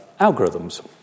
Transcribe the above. algorithms